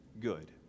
good